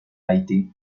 haití